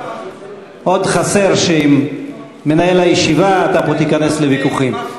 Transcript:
עוד חסר שעם מנהל הישיבה אתה פה תיכנס לוויכוחים.